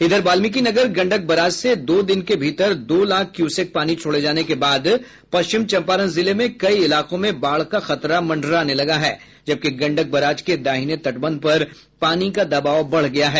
इधर वाल्मिकीनगर गंडक बराज से दो दिन के भीतर दो लाख क्यूसेक पानी छोड़े जाने के बाद पश्चिम चंपारण जिले में कई इलाकों में बाढ़ का खतरा मंडराने लगा है जबकि गंडक बराज के दाहिने तटबंध पर पानी का दबाव बढ़ गया है